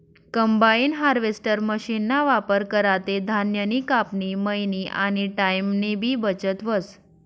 combine harvester मशीनना वापर करा ते धान्यनी कापनी, मयनी आनी टाईमनीबी बचत व्हस